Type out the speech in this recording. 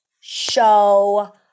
show